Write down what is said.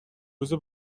روزه